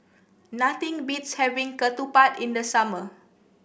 nothing beats having Ketupat in the summer